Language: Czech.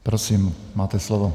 Prosím, máte slovo.